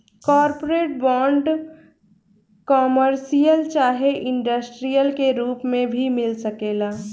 corporate bond, commercial चाहे industrial के रूप में भी मिल सकेला